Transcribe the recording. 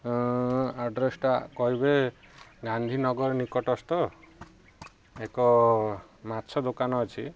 ଆଡ୍ରେସଟା କହିବେ ଗାନ୍ଧୀ ନଗର ନିକଟସ୍ଥ ଏକ ମାଛ ଦୋକାନ ଅଛି